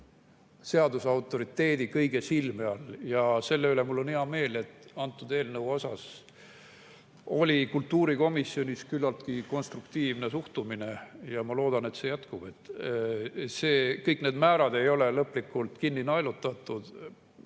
pealinnas seaduse autoriteedi kõige silme all. Selle üle on mul hea meel, et antud eelnõusse oli kultuurikomisjonis küllaltki konstruktiivne suhtumine, ja ma loodan, et see jätkub. Kõik need määrad ei ole lõplikult kinni naelutatud.